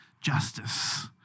justice